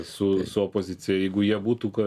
su su opozicija jeigu jie būtų ką